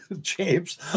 James